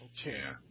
Okay